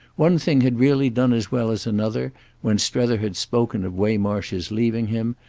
one thing had really done as well as another when strether had spoken of waymarsh's leaving him,